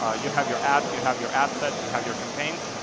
ah you have your ads, you have your ad sets, you have your campaigns.